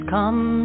come